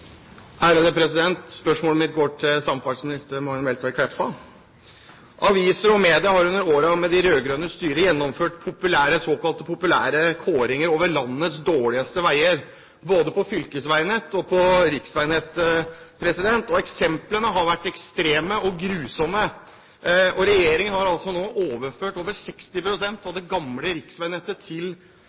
Spørsmålet mitt går til samferdselsminister Magnhild Meltveit Kleppa. Aviser og media har under årene med de rød-grønnes styre gjennomført såkalte populære kåringer av landets dårligste veier både på fylkesveinett og på riksveinett, og eksemplene har vært ekstreme og grusomme. Regjeringen har altså nå overført over 60 pst. av det gamle riksveinettet til